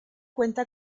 cuenta